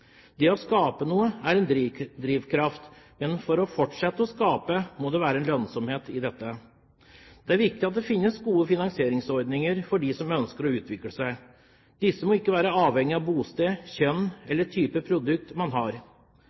Det å skape noe er en drivkraft, men for å fortsette å skape må det være en lønnsomhet i det. Det er viktig at det finnes gode finansieringsordninger for dem som ønsker å utvikle seg. Disse må ikke være avhengig av bosted, kjønn eller type produkt man har.